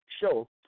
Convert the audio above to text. show